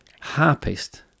harpist